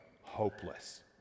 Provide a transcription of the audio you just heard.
hopeless